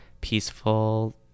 peaceful